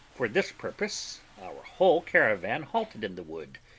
for this purpose our whole caravan halted in the wood,